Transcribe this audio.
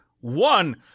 one